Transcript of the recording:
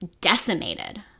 decimated